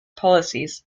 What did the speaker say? policies